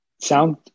Sound